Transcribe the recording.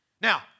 Now